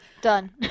done